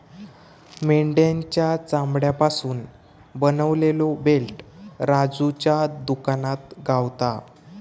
मेंढ्याच्या चामड्यापासून बनवलेलो बेल्ट राजूच्या दुकानात गावता